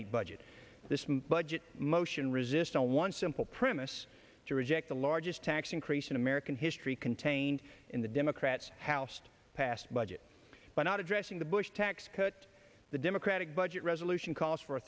eight budget this budget motion resist all one simple premise to reject the largest tax increase in american history contained in the democrats house passed budget by not addressing the bush tax cut the democratic budget resolution calls for a